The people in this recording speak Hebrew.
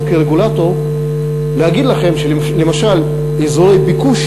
כרגולטור להגיד לכם שלמשל אזורי הביקוש,